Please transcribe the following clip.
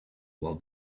while